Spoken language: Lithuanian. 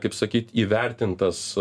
kaip sakyt įvertintas